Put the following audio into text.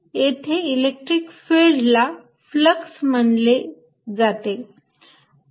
आणि येथे इलेक्ट्रिक फिल्डला फ्लक्स म्हणले जाते